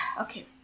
Okay